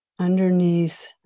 Underneath